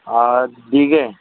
हा ठीक आहे